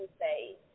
say